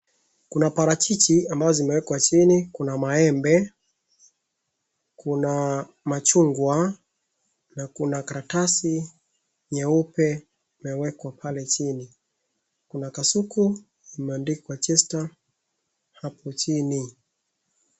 Kuna parachichi ambazo zimeekwa chini kuna maembe, kuna machungwa na kuna karatasi nyeupe imeekwa pale chini. Kuna kasuku imeandikwa Zesta hapo chini.